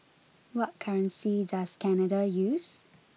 what currency does Canada use